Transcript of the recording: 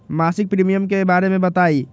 मासिक प्रीमियम के बारे मे बताई?